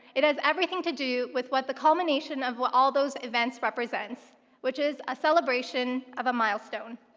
it has everything to do with what the culmination of what all those events represents which is a celebration of a milestone.